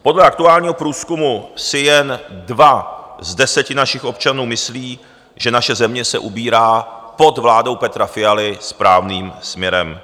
Podle aktuálního průzkumu si jen dva z deseti našich občanů myslí, že naše země se ubírá pod vládou Petra Fialy správným směrem.